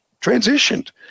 transitioned